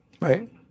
Right